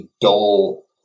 dull